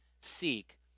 seek